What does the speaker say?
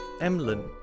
Emlyn